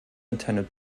attended